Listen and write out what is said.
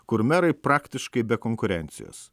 kur merai praktiškai be konkurencijos